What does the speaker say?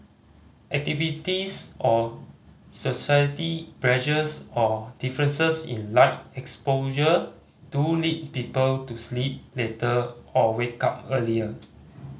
activities or society pressures or differences in light exposure do lead people to sleep later or wake up earlier